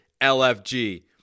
LFG